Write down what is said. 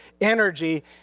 energy